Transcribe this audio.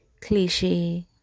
cliche